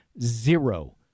zero